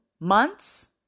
months